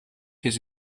his